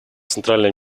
центральное